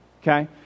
Okay